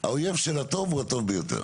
האויב של הטוב הוא הטוב ביותר.